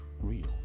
real